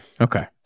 Okay